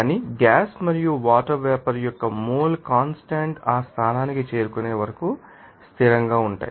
కానీ గ్యాస్ మరియు water vapour యొక్క మోల్ కాన్స్టాంట్ ఆ స్థానానికి చేరుకునే వరకు స్థిరంగా ఉంటాయి